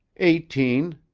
eighteen.